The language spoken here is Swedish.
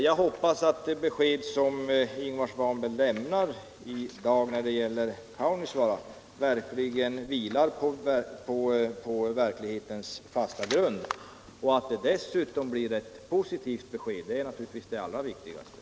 Jag hoppas att det besked som Ingvar Svanberg i dag lämnat när det gäller Kaunisvaara vilar på verklighetens fasta grund och att det dessutom blir ett positivt beslut — det är naturligtvis det allra viktigaste.